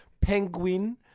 penguin